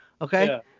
okay